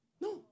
No